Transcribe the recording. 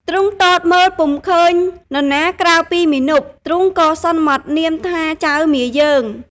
ទ្រង់ទតមើលពុំឃើញនរណាក្រៅពីមាណព ទ្រង់ក៏សន្មតនាមថា ចៅមាយើង។